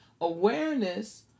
Awareness